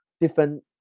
different